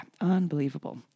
unbelievable